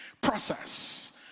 process